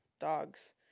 dogs